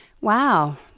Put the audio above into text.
wow